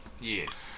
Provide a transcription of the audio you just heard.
Yes